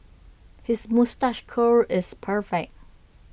his moustache curl is perfect